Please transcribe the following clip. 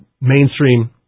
mainstream